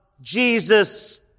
Jesus